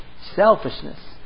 selfishness